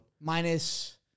Minus